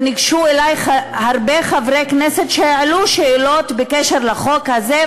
וניגשו אלי הרבה חברי כנסת שהעלו שאלות בקשר לחוק הזה.